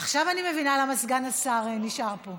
עכשיו אני מבינה למה סגן השר נשאר פה.